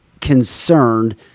concerned